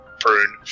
prune